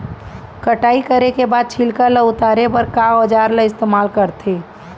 कटाई करे के बाद छिलका ल उतारे बर का औजार ल इस्तेमाल करथे?